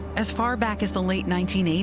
as far back as the late nineteen eighty